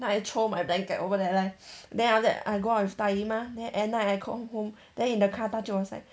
then I throw my blanket over there like then after that I go out with 大姨 mah then at night I come home then in the car 大舅 was like